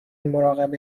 مراقب